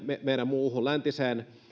muuhun läntiseen